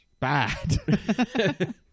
bad